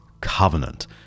covenant